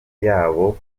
yabo